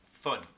Fun